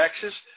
Texas